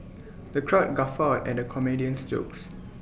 the crowd guffawed at the comedian's jokes